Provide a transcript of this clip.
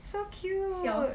so cute